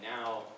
now